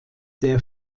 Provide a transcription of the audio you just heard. der